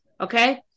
okay